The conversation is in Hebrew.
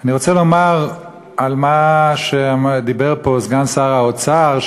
אני רוצה לומר על מה שדיבר פה סגן שר האוצר,